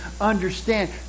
understand